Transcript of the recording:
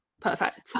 perfect